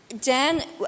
Dan